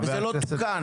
וזה לא תוקן.